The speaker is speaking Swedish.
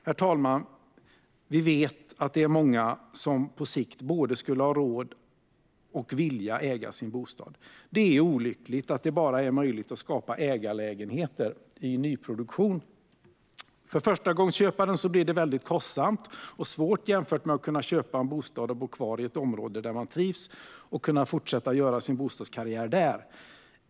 Herr talman! Vi vet att det är många som på sikt skulle både vilja och ha råd att äga sin bostad. Det är olyckligt att det bara är möjligt att skapa ägarlägenheter i nyproduktion. För förstagångsköparen blir det väldigt kostsamt och svårt jämfört med att kunna köpa en bostad och bo kvar i ett område där man trivs och fortsätta göra bostadskarriär där.